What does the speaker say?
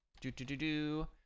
Do-do-do-do